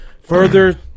Further